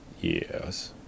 Yes